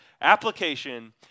application